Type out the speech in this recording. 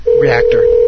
reactor